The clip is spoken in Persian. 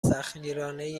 سختگیرانهای